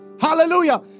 Hallelujah